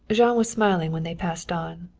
jean was smiling when they passed on.